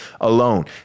alone